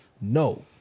No